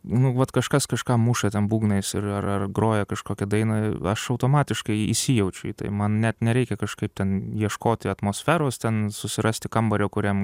nu vat kažkas kažką muša ten būgnais ir ar ar groja kažkokią dainą aš automatiškai įsijaučiu į tai man net nereikia kažkaip ten ieškoti atmosferos ten susirasti kambario kuriam